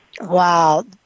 Wow